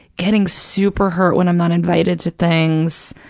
getting super hurt when i'm not invited to things.